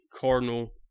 Cardinal